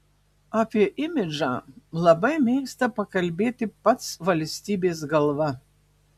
apie imidžą labai mėgsta pakalbėti pats valstybės galva